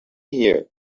here